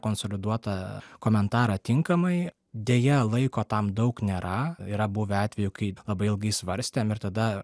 konsoliduotą komentarą tinkamai deja laiko tam daug nėra yra buvę atvejų kai labai ilgai svarstėm ir tada